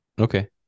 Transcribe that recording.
Okay